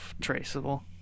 traceable